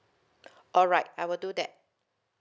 alright I will do that